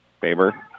Faber